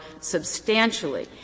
substantially